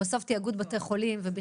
התוכנית יוצאת לפועל בכל